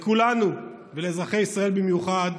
לכולנו, ולאזרחי ישראל במיוחד,